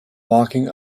walking